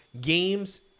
games